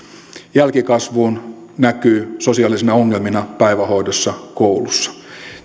jälkikasvuun näkyy sosiaalisina ongelmina päivähoidossa koulussa